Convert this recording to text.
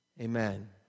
Amen